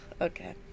okay